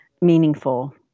meaningful